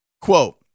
Quote